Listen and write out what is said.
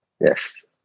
Yes